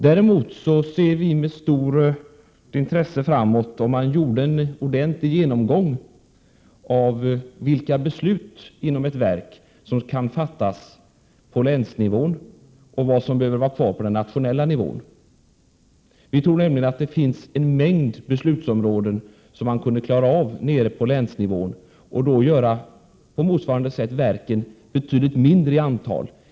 Däremot skulle vi med stort intresse se fram mot att man gjorde en genomgång av vilka beslut inom ett verk som kan fattas på länsnivå och vad som behöver vara kvar på den nationella nivån. Vi tror nämligen att man på en mängd områden kunde klara av att fatta beslut på länsnivå och att man på det sättet kunde göra verken betydligt mindre.